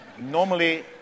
Normally